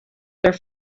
their